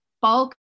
bulk